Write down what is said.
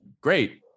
great